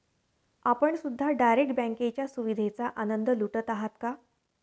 आपण सुद्धा डायरेक्ट बँकेच्या सुविधेचा आनंद लुटत आहात का?